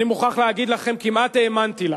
אני מוכרח להגיד לכם, כמעט האמנתי לה.